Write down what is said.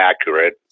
accurate